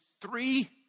three